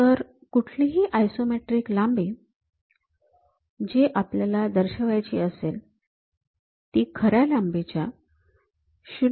तर कुठलीही आयसोमेट्रिक लांबी जी आपल्याला दर्शवायची असेल ती खऱ्या लांबीच्या ०